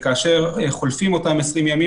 וכאשר חולפים אותם 20 ימים,